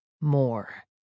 more